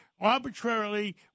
arbitrarily